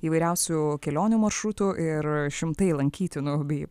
įvairiausių kelionių maršrutų ir šimtai lankytinų bei